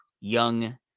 young